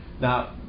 Now